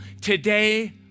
today